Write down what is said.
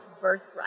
birthright